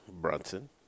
Brunson